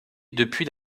depuis